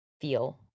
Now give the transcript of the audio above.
feel